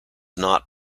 not